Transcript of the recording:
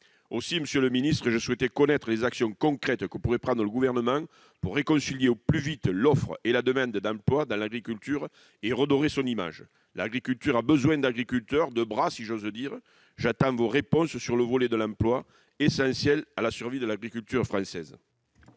Aussi, monsieur le ministre, je souhaiterais connaître les actions concrètes que pourrait prendre le Gouvernement pour réconcilier au plus vite l'offre et la demande d'emploi dans l'agriculture et redorer son image. L'agriculture a besoin d'agriculteurs- de bras, oserai-je dire. J'attends vos réponses sur le volet de l'emploi, essentiel à la survie de l'agriculture française.